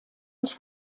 ens